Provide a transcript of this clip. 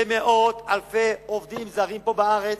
זה מאות אלפי עובדים זרים פה בארץ,